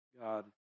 God